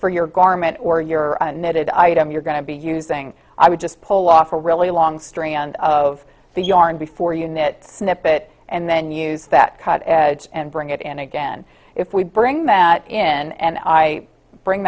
garment or your knitted item you're going to be using i would just pull off a really long strand of the yarn before unit snip it and then use that cut edge and bring it in again if we bring that in and i bring